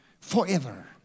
forever